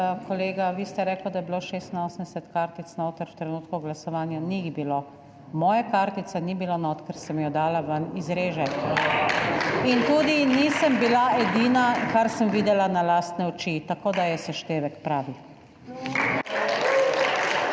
Kolega, vi ste rekli, da je bilo 86 kartic notri v trenutku glasovanja – ni jih bilo. Moje kartice ni bilo notri, ker sem jo dala ven iz reže. / aplavz/ In tudi nisem bila edina, kar sem videla na lastne oči. Tako da je seštevek pravi.